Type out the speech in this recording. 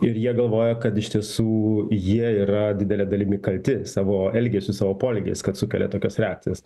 ir jie galvoja kad iš tiesų jie yra didele dalimi kalti savo elgesiu savo poelgiais kad sukelia tokias reakcijas